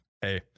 hey